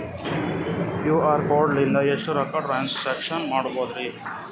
QR code ಲಿಂದ ಎಷ್ಟ ರೊಕ್ಕ ಟ್ರಾನ್ಸ್ಯಾಕ್ಷನ ಮಾಡ್ಬೋದ್ರಿ?